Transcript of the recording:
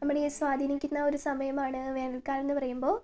നമ്മുടെ ഈ സ്വാധീനിക്കുന്ന ഒരു സമയമാണ് വേനൽക്കാലം എന്നു പറയുമ്പോൾ